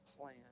plan